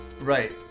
Right